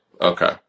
okay